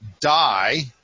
die